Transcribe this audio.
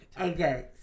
okay